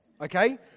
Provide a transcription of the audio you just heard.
Okay